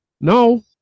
no